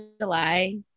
July